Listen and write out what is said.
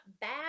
bad